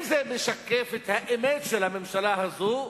אם זה משקף את האמת של הממשלה הזאת,